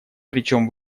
причем